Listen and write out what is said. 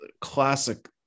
classic